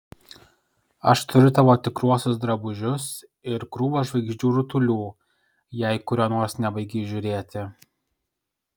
aš turiu tavo tikruosius drabužius ir krūvą žvaigždžių rutulių jei kurio nors nebaigei žiūrėti